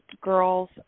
girls